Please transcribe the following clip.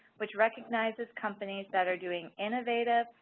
which recognizes companies that are doing innovative,